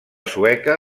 sueca